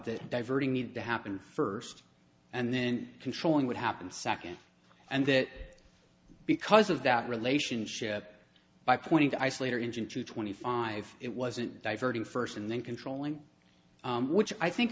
that diverting need to happen first and then controlling what happened second and that because of that relationship by pointing to isolate or engine to twenty five it wasn't diverting first and then controlling which i think